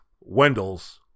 Wendell's